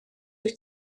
wyt